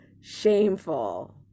shameful